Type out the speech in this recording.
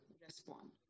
respond